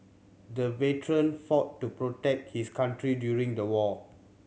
the veteran fought to protect his country during the war